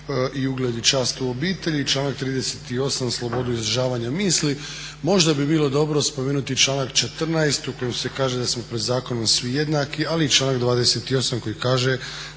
i ugled i čast u obitelji i članak 38. slobodu izražavanja misli. Možda bi bilo dobro spomenuti i članak 14. u kojem se kaže da smo pred zakonom svi jednaki ali i članak 28. koji kaže